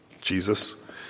Jesus